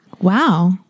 Wow